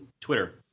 Twitter